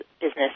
business